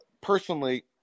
personally